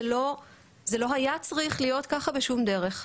זה לא היה צריך להיות ככה בשום דרך.